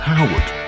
Howard